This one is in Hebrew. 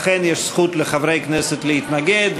לכן יש זכות לחברי כנסת להתנגד.